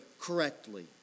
correctly